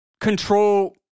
control